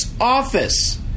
Office